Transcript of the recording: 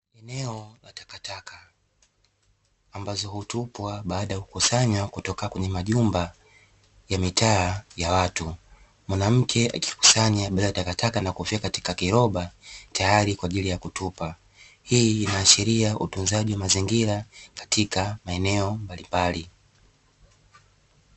Eneo la takataka, ambazo hutupwa baada ya kukusanywa kutoka kwenye majumba ya mitaa ya watu, mwanamke akikusanya takataka na kuziweka katika kiroba tayari kwa ajili ya kutupa, hii inaashiria utunzaji mazingira katika maeneo mbalimbali.